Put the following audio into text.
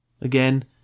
again